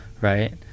Right